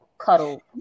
cuddle